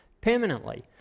permanently